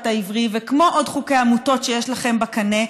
העברי וכמו עוד חוקי עמותות שיש לכם בקנה,